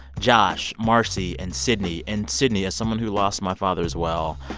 josh, marcy and sidney. and sidney, as someone who lost my father, as well,